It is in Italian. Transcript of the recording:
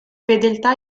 fedeltà